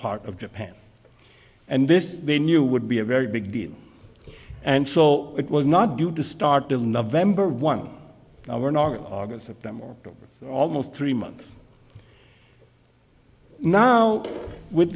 part of japan and this they knew would be a very big deal and so it was not due to start till november one of them or almost three months now with